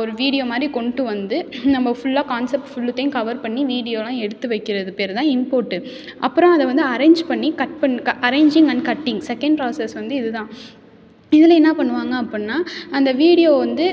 ஒரு வீடியோ மாதிரி கொண்டுட்டு வந்து நம்ம ஃபுல்லாக கான்செப்ட் ஃபுல்லுத்தையும் கவர் பண்ணி வீடியோலாம் எடுத்து வைக்கிறது பேர் தான் இன்போர்ட்டு அப்புறம் அதை வந்து அரேஞ்ச் பண்ணி கட் பண் கா arranging and cutting second process வந்து இது தான் இதில் என்ன பண்ணுவாங்க அப்புடின்னா அந்த வீடியோ வந்து